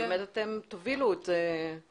שבאמת אתם תובילו את השיח הזה.